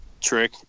Trick